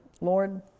Lord